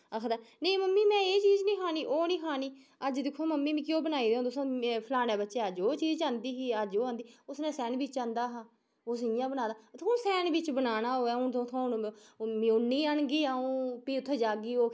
आखदा नेईं मम्मी में ऐ चीज़ नि खानी ओह् नि खानी अज्ज दिक्खो मम्मी मिगी ओह् बनाई देओ तुस फलाने बच्चे अज्ज ओह् चीज़ आंदी ही अज्ज ओह् आंदी ही उसने सैंडविच आंदा हा उस इयां बनाए दा मतलब हून सैंडविच बनाना होऐ हून तुह हून मयोनि आह्न गी आ'ऊं फ्ही उत्थै जाह्गी ओह्